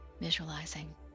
visualizing